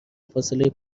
فاصله